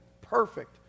Perfect